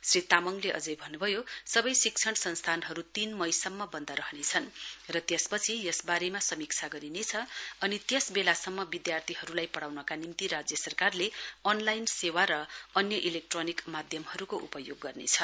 श्री तामङले अझै भन्नुभयो सवै शिक्षण संस्थानहरु तीन मईसम्म वन्द रहनेछन् र त्यसपछि यसवारे समीक्षा गरिनेछ अनि त्यसवेला सम्म विधार्थीहरुलाई पढ़ाउनका निम्ति राज्य सरकारले अनलाइन सेवा र अन्य इलेक्ट्रोनिक माध्यमहरुको उपयोग गर्नेछ